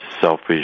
selfish